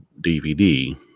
DVD